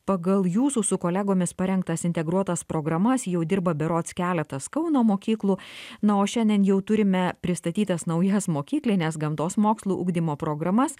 pagal jūsų su kolegomis parengtas integruotas programas jau dirba berods keletas kauno mokyklų na o šiandien jau turime pristatytas naujas mokyklines gamtos mokslų ugdymo programas